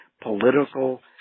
political